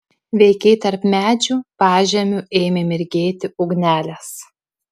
veikiai tarp medžių pažemiu ėmė mirgėti ugnelės